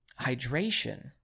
hydration